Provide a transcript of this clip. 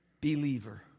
believer